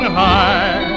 high